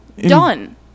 done